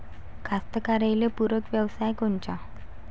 कास्तकाराइले पूरक व्यवसाय कोनचा?